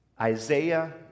Isaiah